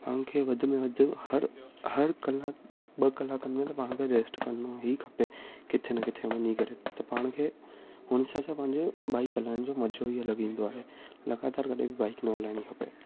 पाण खे वधि में वधि हर हर कलाकु ॿ कलाकनि में त पाण खे रेस्ट करिणो ई खपे किथे न किथे वञी करे त पाण खे हुन सां छा पंहिंजो बाइक हलाइण जो मज़ो ई अलॻि ईंदो आहे लॻातारि कॾहिं बि बाइक न हलाइणी खपे